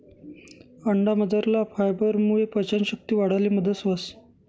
अंडामझरला फायबरमुये पचन शक्ती वाढाले मदत व्हस